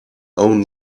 own